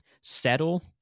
settle